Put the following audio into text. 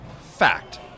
Fact